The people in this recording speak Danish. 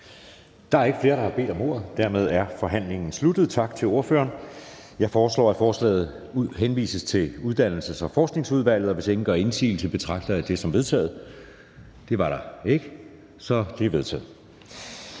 Der er ikke flere, der har bedt om ordet. Dermed er forhandlingen sluttet. Tak til ordføreren. Jeg foreslår, at forslaget henvises til Uddannelses- og Forskningsudvalget. Hvis ingen gør indsigelse, betragter jeg det som vedtaget. Det gør ingen, så det er vedtaget.